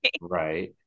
Right